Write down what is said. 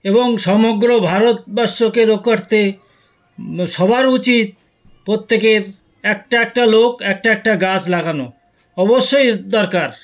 এবং সমগ্র ভারতবর্ষকে রক্ষার্থে সবার উচিত প্রত্যেকের একটা একটা লোক একটা একটা গাছ লাগানো অবশ্যই দরকার